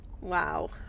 Wow